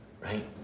right